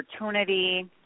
opportunity